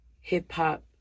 hip-hop